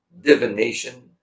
divination